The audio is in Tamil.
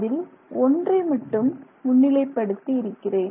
அதில் ஒன்றை மட்டும் முன்னிலைப்படுத்தி இருக்கிறேன்